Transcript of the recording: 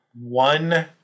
one